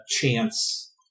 chance